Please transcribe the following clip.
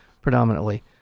predominantly